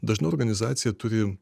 dažnai organizacija turi